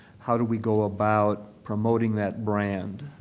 how do we go about promoting that brand?